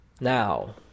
Now